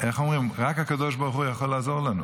איך אומרים, שרק הקדוש ברוך הוא יכול לעזור לנו.